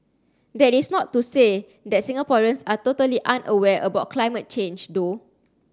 that is not to say that Singaporeans are totally unaware about climate change though